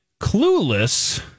Clueless